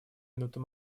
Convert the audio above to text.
минуту